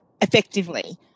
effectively